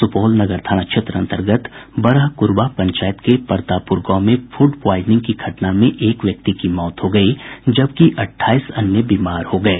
सुपौल जिले के नगर थाना क्षेत्र अन्तर्गत बरहकुरबा पंचायत के परतापुर गांव में फूड प्वॉयजनिंग की घटना में एक व्यक्ति की मौत हो गयी जबकि अट्ठाईस अन्य बीमार हो गये